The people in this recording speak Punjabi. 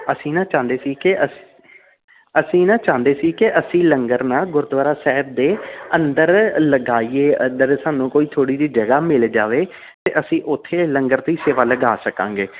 ਅਸੀਂ ਨਾ ਚਾਹੁੰਦੇ ਸੀ ਕਿ ਅਸੀਂ ਨਾ ਚਾਹੁੰਦੇ ਸੀ ਕਿ ਅਸੀਂ ਲੰਗਰ ਨਾ ਗੁਰਦੁਆਰਾ ਸਾਹਿਬ ਦੇ ਅੰਦਰ ਲਗਾਈਏ ਅੰਦਰ ਸਾਨੂੰ ਕੋਈ ਥੋੜ੍ਹੀ ਜਿਹੀ ਜਗ੍ਹਾ ਮਿਲ ਜਾਵੇ ਅਤੇ ਅਸੀਂ ਉੱਥੇ ਲੰਗਰ ਦੀ ਸੇਵਾ ਲਗਾ ਸਕਾਂਗੇ